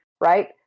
right